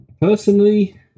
personally